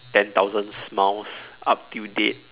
ten thousand smiles up till date